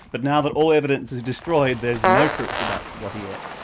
but now that all evidence is destroyed, there's no truth about what he ate.